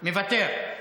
מוותר.